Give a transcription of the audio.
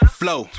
flow